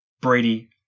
Brady